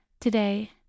Today